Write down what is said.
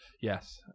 Yes